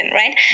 right